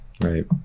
Right